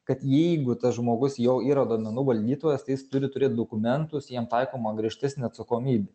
kad jeigu tas žmogus jau yra duomenų valdytojas tai jis turi turėt dokumentus jam taikoma griežtesnė atsakomybė